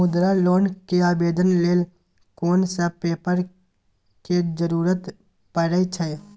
मुद्रा लोन के आवेदन लेल कोन सब पेपर के जरूरत परै छै?